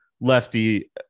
lefty